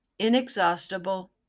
inexhaustible